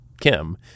Kim